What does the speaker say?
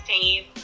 team